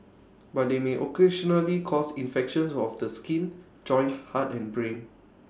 but they may occasionally cause infections of the skin joints heart and brain